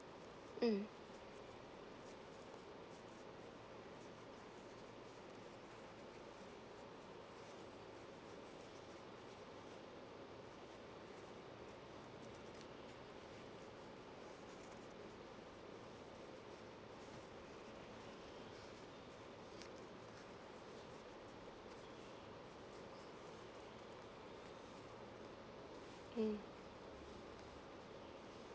mm mm